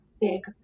big